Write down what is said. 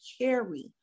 carry